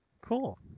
Cool